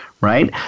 right